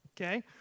okay